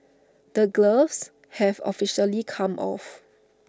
the gloves have officially come off